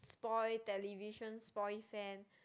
spoil television spoil fan